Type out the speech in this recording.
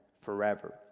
forever